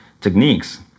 techniques